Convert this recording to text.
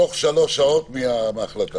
תוך שלוש שעות מההחלטה.